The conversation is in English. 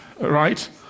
right